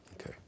okay